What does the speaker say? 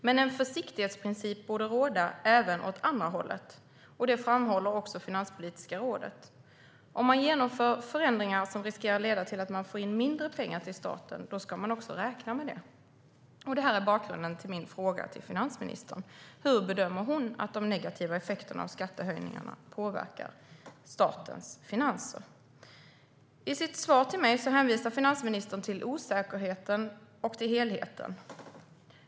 Men en försiktighetsprincip borde råda även åt andra hållet. Det framhåller också Finanspolitiska rådet. Om man genomför förändringar som riskerar att leda till att man får in mindre pengar till staten ska man räkna med det. Detta är bakgrunden till min fråga till finansministern: Hur bedömer hon att de negativa effekterna av skattehöjningarna påverkar statens finanser? I sitt svar till mig hänvisar finansministern till osäkerheten och till helheten.